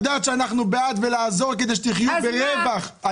זה למליציות של התנועה האסלאמית.